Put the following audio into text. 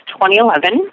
2011